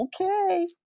okay